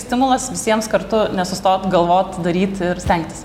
stimulas visiems kartu nesustot galvot daryt ir stengtis